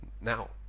now